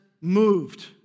moved